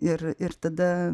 ir ir tada